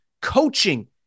Coaching